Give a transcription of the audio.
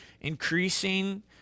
increasing